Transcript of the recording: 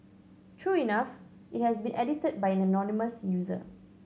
true enough it has been edited by an anonymous user